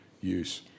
use